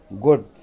good